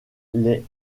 les